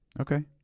okay